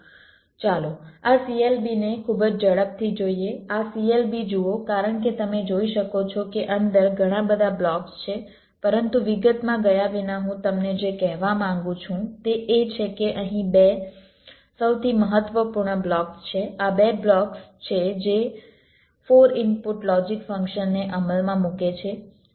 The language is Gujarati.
ચાલો આ CLB ને ખૂબ જ ઝડપથી જોઈએ આ CLB જુઓ કારણ કે તમે જોઈ શકો છો કે અંદર ઘણા બધા બ્લોક્સ છે પરંતુ વિગતમાં ગયા વિના હું તમને જે કહેવા માંગુ છું તે એ છે કે અહીં બે સૌથી મહત્વપૂર્ણ બ્લોક્સ છે આ બે બ્લોક્સ છે જે 4 ઇનપુટ લોજિક ફંક્શન ને અમલમાં મૂકે છે